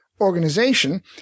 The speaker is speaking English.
organization